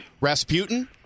rasputin